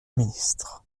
ministre